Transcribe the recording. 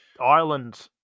Ireland